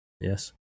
yes